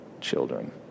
children